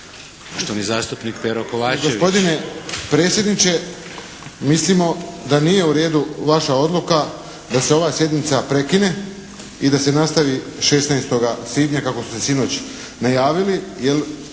Poštovani zastupnik Pero Kovačević.